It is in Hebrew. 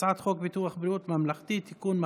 הצעת חוק ביטוח בריאות ממלכתי (תיקון,